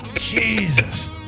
Jesus